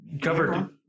Covered